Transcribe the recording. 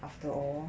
after all